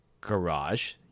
garage